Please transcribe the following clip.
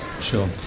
Sure